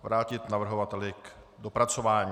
Vrátit navrhovateli k dopracování.